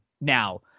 now